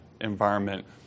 environment